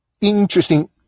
interesting